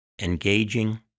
engaging